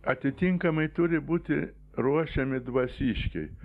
atitinkamai turi būti ruošiami dvasiškiai